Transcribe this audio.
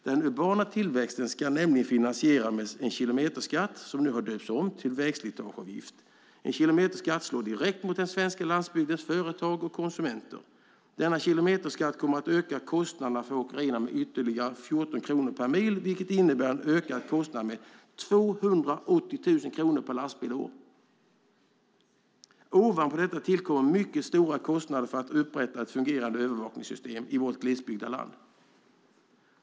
Den urbana tillväxten ska nämligen finansieras med en kilometerskatt, som nu har döpts om till vägslitageavgift. En kilometerskatt slår direkt mot den svenska landsbygdens företag och konsumenter. Denna kilometerskatt kommer att öka kostnaderna för åkerierna med ytterligare 14 kronor per mil, vilket innebär en ökad kostnad med 280 000 kronor per lastbil och år. Ovanpå detta tillkommer mycket stora kostnader för att upprätta ett fungerande övervakningssystem i vårt glesbebyggda land.